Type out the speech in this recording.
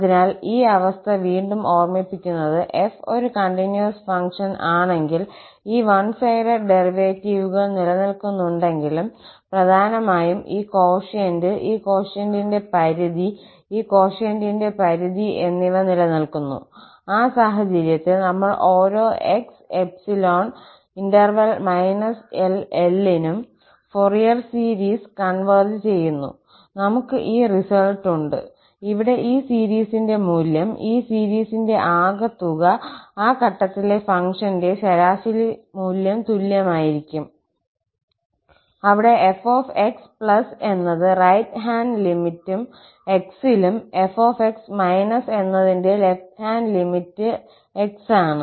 അതിനാൽ ഈ അവസ്ഥ വീണ്ടും ഓർമ്മിപ്പിക്കുന്നത് 𝑓 ഒരു കണ്ടിന്യൂസ് ഫംഗ്ഷൻ ആണെങ്കിൽ ഈ വൺ സൈഡെഡ് ഡെറിവേറ്റീവുകൾ നിലനിൽക്കുന്നുണ്ടെങ്കിലും പ്രധാനമായും ഈ കോഷ്യന്റ് ഈ കോഷ്യന്റിന്റെ പരിധി ഈ കോഷ്യന്റിന്റെ പരിധി എന്നിവ നിലനിൽക്കുന്നു ആ സാഹചര്യത്തിൽ നമ്മൾ ഓരോ x∈ −𝐿 𝐿നും ഫൊറിയർ സീരീസ് കോൺവെർജ് ചെയ്യുന്നു നമ്മൾക്ക് ഈ റിസൾട്ട് ഉണ്ട് ഇവിടെ ഈ സീരീസിന്റെ മൂല്യം ഈ സീരീസിന്റെ ആകെത്തുക ആ ഘട്ടത്തിലെ ഫംഗ്ഷന്റെ ശരാശരി മൂല്യം തുല്യമായിരിക്കും അവിടെ 𝑓𝑥 എന്നത് റൈറ്റ് ഹാൻഡ് ലിമിറ്റ xലും 𝑓𝑥− എന്നതിന്റെ ലെഫ്റ്റ ഹാൻഡ് ലിമിറ്റ x ആണ്